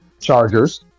Chargers